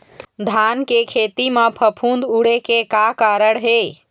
धान के खेती म फफूंद उड़े के का कारण हे?